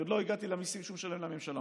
עוד לא הגעתי למיסים שהוא משלם לממשלה,